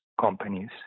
companies